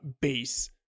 base